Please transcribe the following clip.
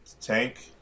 tank